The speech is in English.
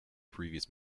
previous